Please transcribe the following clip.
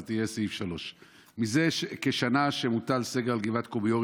זה יהיה סעיף 3. זה כשנה מוטל סגר על גבעת קומי אורי,